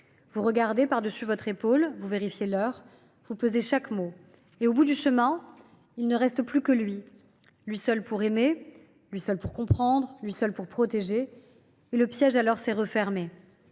Vous regardez par dessus votre épaule, vous vérifiez l’heure, vous pesez chaque mot. Et au bout du chemin, il ne reste plus que lui. Lui seul pour « aimer », lui seul pour « comprendre », lui seul pour « protéger ». Le piège s’est refermé.